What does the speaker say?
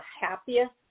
happiest